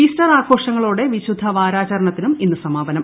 Easter ആഘോഷങ്ങളോടെ വിശുദ്ധ വാരാചരണത്തിനും ഇന്ന് സമാപനം